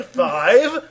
five